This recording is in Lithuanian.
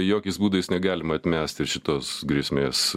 jokiais būdais negalim atmesti ir šitos grėsmės